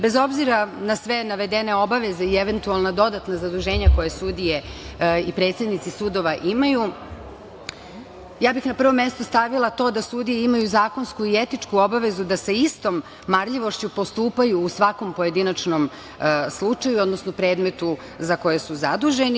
Bez obzira na sve navedene obaveze i eventualna dodatna zaduženja koje sudije i predsednici sudova imaju, ja bih na prvom mestu stavila to da sudije imaju zakonsku i etičku obavezu da sa istom marljivošću postupaju u svakom pojedinačnom slučaju, odnosno predmetu za koje su zaduženi.